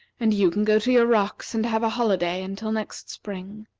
and you can go to your rocks and have a holiday until next spring.